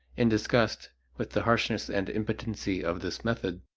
in disgust with the harshness and impotency of this method,